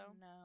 No